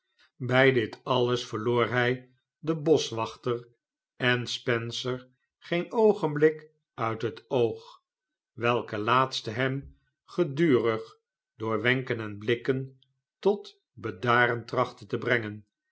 bij dit alles verloor hij den boschwachter en spencer geen oogenblik uit het oog welke laatste hem gedurig door wenken en blikken tot bedaron trachtte te brengen